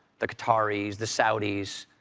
the qataris, the saudis,